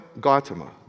Gautama